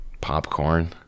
Popcorn